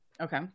Okay